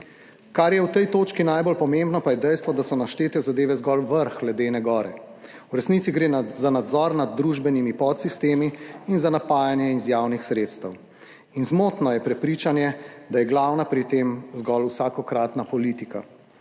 Kar je v tej točki najbolj pomembno, pa je dejstvo, da so naštete zadeve zgolj vrh ledene gore. V resnici gre za nadzor nad družbenimi podsistemi in za napajanje iz javnih sredstev, In zmotno je prepričanje, da je glavna pri tem zgolj vsakokratna politika.